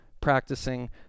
practicing